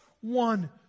one